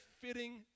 fitting